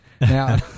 Now